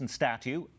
statue